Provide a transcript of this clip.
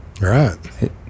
Right